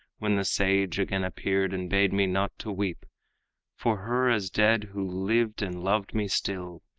when the sage again appeared and bade me not to weep for her as dead who lived and loved me still.